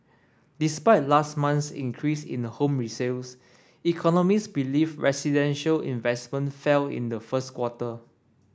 despite last month's increase in the home resales economist believe residential investment fell in the first quarter